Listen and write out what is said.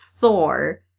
Thor